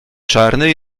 czarny